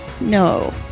No